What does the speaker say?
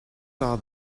saw